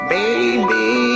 baby